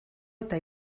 eta